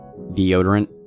deodorant